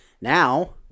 now